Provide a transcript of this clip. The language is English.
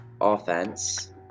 offense